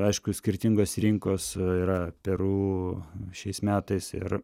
aišku skirtingos rinkos yra peru šiais metais ir